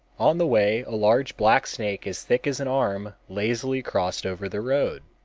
on the way a large black snake as thick as an arm lazily crossed over the road.